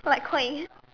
like queen